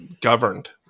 governed